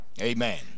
amen